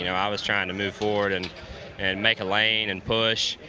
you know i was trying to move forward, and and make a lane, and push,